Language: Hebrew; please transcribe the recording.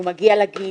הוא מגיע לגיל,